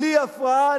בלי הפרעה,